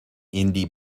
indie